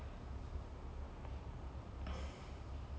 but I feel like it all these series right